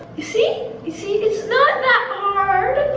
you see, you see, it's not that hard